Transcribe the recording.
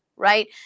Right